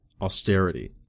austerity